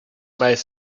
might